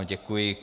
Děkuji.